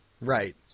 Right